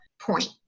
point